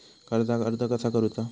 कर्जाक अर्ज कसा करुचा?